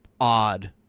odd